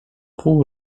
pół